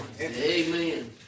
Amen